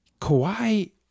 Kawhi